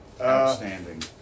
Outstanding